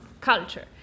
culture